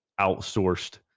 outsourced